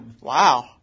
Wow